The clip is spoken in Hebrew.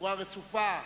בצורה רצופה.